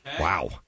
Wow